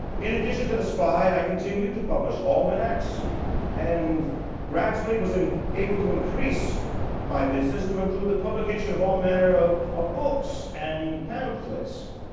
in addition to the spy i continued to publish almanacs and gradually was in able to increase my business to include the publication of all manner of ah books and pamphlets.